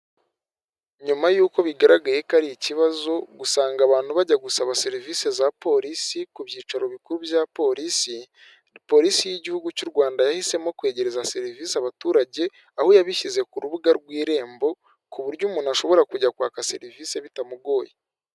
Nyuma y'uko bigaragaye ko ari ikibazo gusanga abantu bajya gusaba serivise za polisi ku byicaro bikuru bya polisi, polisi y'igihugu cy'u Rwanda yahisemo kwegereza serivisi abaturage, aho yabishyize ku rubuga rw'irembo, ku buryo umuntu ashobora kujya kwaka serivise bitamugoye.